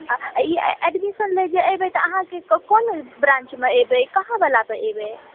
आ ई एडमिशन लऽ जे एबै तऽ अहाँकेँ कोन ब्रान्चमे एबै कहाँ वालामे एबए